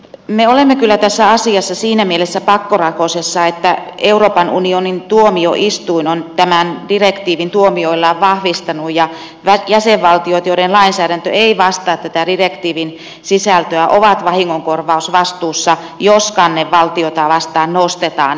me olemme kyllä tässä asiassa siinä mielessä pakkorakosessa että euroopan unionin tuomioistuin on tämän direktiivin tuomioillaan vahvistanut ja jäsenvaltiot joiden lainsäädäntö ei vastaa tätä direktiivin sisältöä ovat vahingonkorvausvastuussa jos kanne valtiota vastaan nostetaan